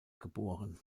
geboren